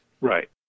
Right